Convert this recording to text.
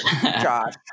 Josh